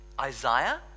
Isaiah